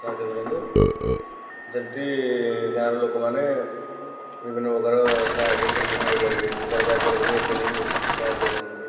ସାହାଯ୍ୟ କରନ୍ତୁ ଯେମତି ଗାଁର ଲୋକମାନେ ବିଭିନ୍ନ ପ୍ରକାର ସାହାଯ୍ୟର ସମ୍ମୁଖୀନ ହୋଇପାରିବେ ସରକାରଙ୍କ ତରଫରୁ ଏତିକି ସାହାଯ୍ୟ କରନ୍ତୁ